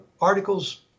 articles